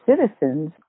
citizens